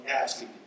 asking